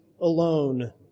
alone